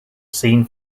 scene